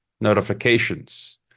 notifications